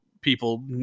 people